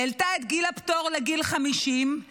העלתה את גיל הפטור לגיל 50,